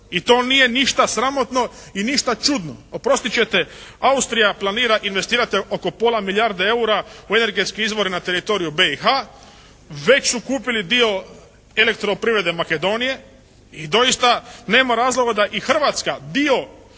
i to nije ništa sramotno i ništa čudno. Oprostit ćete, Austrija planira investira oko pola milijarde eura u energetske izvore na teritoriju BiH. Već su kupili dio elektro privrede Makedonije i doista nema razloga da i Hrvatska dio svoje